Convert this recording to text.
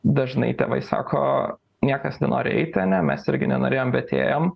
dažnai tėvai sako niekas nenori eiti ane mes irgi nenorėjom bet ėjom